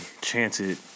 chanted